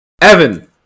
Evan